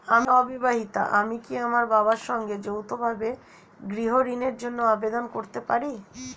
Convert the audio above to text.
আমি অবিবাহিতা আমি কি আমার বাবার সঙ্গে যৌথভাবে গৃহ ঋণের জন্য আবেদন করতে পারি?